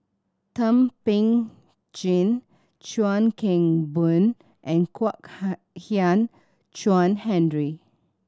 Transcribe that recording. Thum Ping Tjin Chuan Keng Boon and Kwek Hian Chuan Henry